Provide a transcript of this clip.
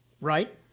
Right